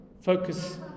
focus